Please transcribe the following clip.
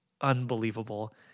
unbelievable